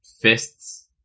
fists